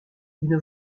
une